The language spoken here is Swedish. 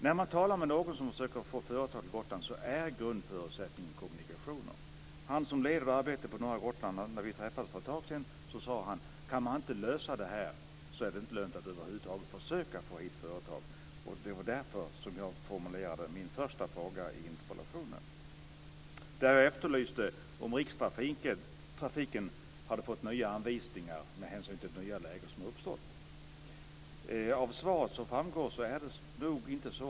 När man talar med någon som försöker få företag till Gotland får man höra att grundförutsättningen är kommunikationerna. Han som leder arbetet på norra Gotland sade när vi för ett tag sedan träffades: Kan man inte lösa det här är det inte lönt att över huvud taget försöka få hit företag. Detta är anledningen till formuleringen i min första fråga i interpellationen. Där efterlyser jag besked om Rikstrafiken har fått nya anvisningar med hänsyn till det nya läge som uppstått. Av svaret framgår att det nog inte är så.